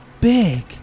big